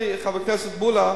חבר הכנסת מולה,